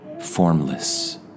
formless